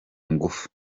ingufu